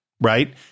right